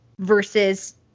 Versus